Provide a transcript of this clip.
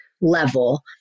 level